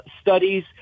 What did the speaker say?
studies